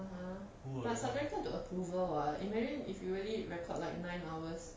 (uh huh) but subjected to approval [what] imagine if you really record like nine hours